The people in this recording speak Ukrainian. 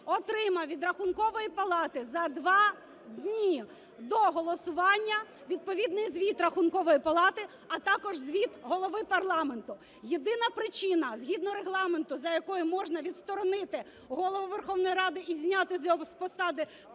отримав від Рахункової палати за два дні до голосування відповідний звіт Рахункової палати, а також звіт Голови парламенту. Єдина причина, згідно Регламенту, за якою можна відсторонити Голову Верховної Ради і зняти його з посади – це